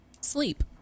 sleep